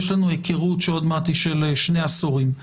יש לנו היכרות של שני עשורים עוד מעט.